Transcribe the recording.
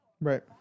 Right